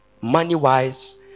money-wise